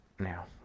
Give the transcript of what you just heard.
now